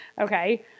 Okay